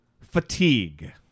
fatigue